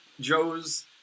Joe's